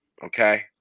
Okay